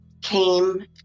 came